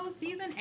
season